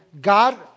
God